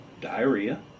diarrhea